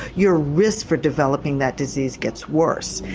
your risk for developing that disease gets worse.